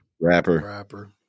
Rapper